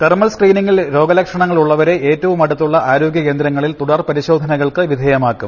thermal സ്ക്രീനിങ്ങിൽ രോഗലക്ഷണങ്ങൾ ഉള്ളവരെ ഏറ്റവും അടുത്തുള്ള ആരോഗ്യകേന്ദങ്ങളിൽ തുടർ പരിശോധനകൾക്ക് വിധേയമാക്കും